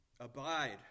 Abide